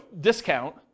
discount